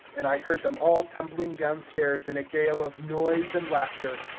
and i heard them all tumbling down-stairs in a gale of noise and laughter.